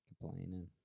Complaining